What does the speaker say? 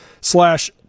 slash